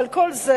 אבל כל זה